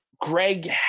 Greg